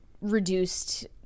reduced